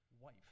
wife